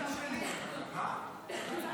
תתגייסו -- נא לסיים.